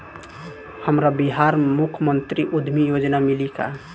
हमरा बिहार मुख्यमंत्री उद्यमी योजना मिली का?